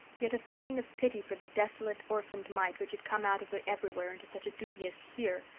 yet a feeling of pity for the desolate, orphaned mite which had come out of the everywhere into such a dubious here,